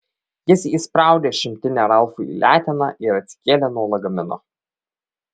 jis įspraudė šimtinę ralfui į leteną ir atsikėlė nuo lagamino